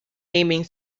naming